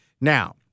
Now